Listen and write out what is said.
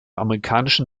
amerikanischen